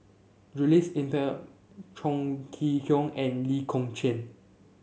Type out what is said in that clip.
Jules Itier Chong Kee Hiong and Lee Kong Chian